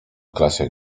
klasie